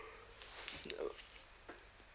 okay